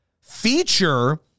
feature